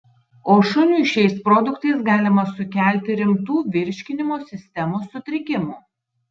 o šuniui šiais produktais galima sukelti rimtų virškinimo sistemos sutrikimų